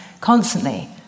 constantly